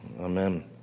amen